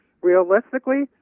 Realistically